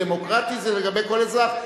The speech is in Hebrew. דמוקרטי זה לגבי כל אזרח.